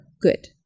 good